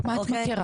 את מה את מכירה?